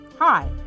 Hi